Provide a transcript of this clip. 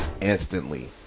instantly